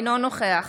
אינו נוכח